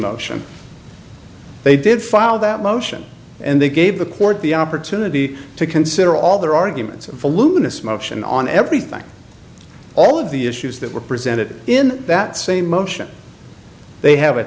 motion they did file that motion and they gave the court the opportunity to consider all their arguments in a luminous motion on everything all of the issues that were presented in that same motion they